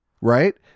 right